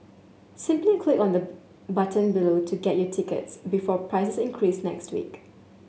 simply click on the button below to get your tickets before prices increase next week